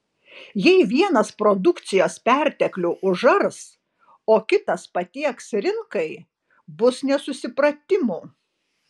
jei vienas produkcijos perteklių užars o kitas patieks rinkai bus nesusipratimų